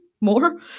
more